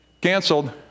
Canceled